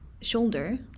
shoulder